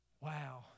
Wow